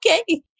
Okay